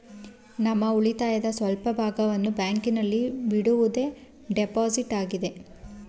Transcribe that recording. ತಮ್ಮ ಉಳಿತಾಯದ ಸ್ವಲ್ಪ ಭಾಗವನ್ನು ಬ್ಯಾಂಕಿನಲ್ಲಿ ಬಿಡುವುದೇ ಡೆಪೋಸಿಟ್ ಆಗಿದೆ